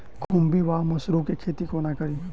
खुम्भी वा मसरू केँ खेती कोना कड़ी?